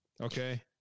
Okay